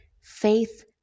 Faith